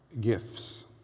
gifts